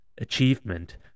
achievement